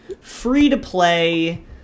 free-to-play